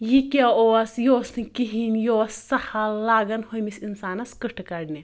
یہِ کیٛاہ اوس یہِ اوس نہٕ کِہیٖنۍ یہِ اوس سَہَل لاگان ہُمِس اِنسانَس کٕٹھٕ کَڑنہِ